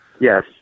Yes